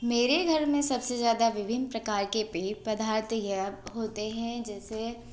मेरे घर में सबसे ज़्यादा विभिन्न प्रकार के पेय पदार्थ यह होते हैं जैसे